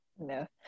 No